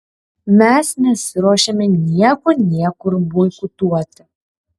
mes nesiruošiame nieko niekur boikotuoti